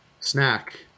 snack